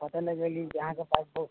फसल जैसे कि अहाँके